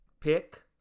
pick